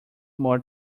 more